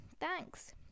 thanks